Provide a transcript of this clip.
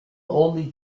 only